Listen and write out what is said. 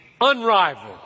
unrivaled